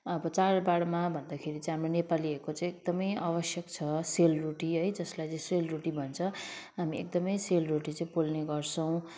अब चाडबाडमा भन्दाखेरि चाहिँ हाम्रो नेपालीहरूको चाहिँ एकदमै आवश्यक छ सेलरोटी है जसलाई चाहिँ सेलरोटी भन्छ हामी एकदमै सेलरोटी चाहिँ पोल्ने गर्छौँ